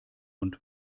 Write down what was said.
und